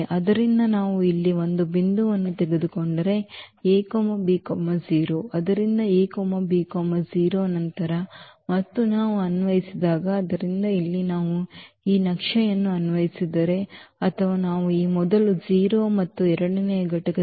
ಆದ್ದರಿಂದ ನಾವು ಇಲ್ಲಿ ಒಂದು ಬಿಂದುವನ್ನು ತೆಗೆದುಕೊಂಡರೆ a b 0 ಆದ್ದರಿಂದ a b 0 ನಂತರ ಮತ್ತು ನಾವು ಅನ್ವಯಿಸಿದಾಗ ಆದ್ದರಿಂದ ಇಲ್ಲಿ ನಾವು ಈ ನಕ್ಷೆಯನ್ನು ಅನ್ವಯಿಸಿದರೆ ಅಥವಾ ನಾವು ಈ ಮೊದಲ 0 ಮತ್ತು ಎರಡನೇ ಘಟಕ 0